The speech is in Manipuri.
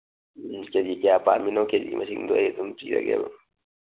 ꯀꯦ ꯖꯤ ꯀꯌꯥ ꯄꯥꯝꯃꯤꯅꯣ ꯀꯦ ꯖꯤ ꯃꯁꯤꯡꯗꯣ ꯑꯩ ꯑꯗꯨꯝ ꯊꯤꯔꯒꯦꯕ